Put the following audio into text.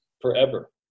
forever